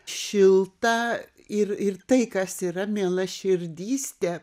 šiltą ir ir tai kas yra mielaširdystė